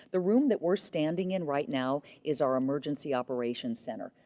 the room that we're standing in right now is our emergency operations center.